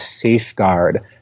safeguard